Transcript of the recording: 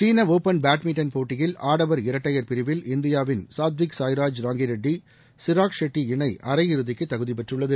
சீனா open badminton போட்டியில் ஆடவர் இரட்டையர் பிரிவில் இந்தியாவின் சாத்விக்சாய்ராஜ் ராங்கிரெட்டி சிராக் ஷெட்டி இணை அரையிறுதிக்கு தகுதி பெற்றுள்ளது